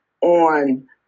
on